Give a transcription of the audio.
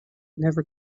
never